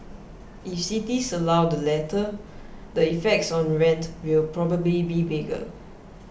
if cities allow the latter the effects on rents will probably be bigger